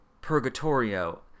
Purgatorio